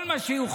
כל מה שיוחלט.